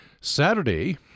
Saturday